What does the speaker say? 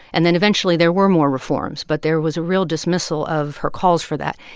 and then, eventually, there were more reforms. but there was a real dismissal of her calls for that.